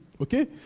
Okay